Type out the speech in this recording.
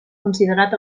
considerat